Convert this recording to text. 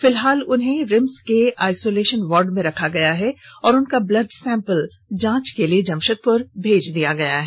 फिलहाल उन्हें रिम्स केआइसोलेशन वार्ड में रखा गया है और उनका ब्लड सैंपल जांच के लिए जमशेदपुर भेज दिया गया है